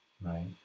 Right